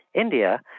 India